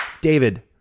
David